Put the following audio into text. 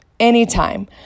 anytime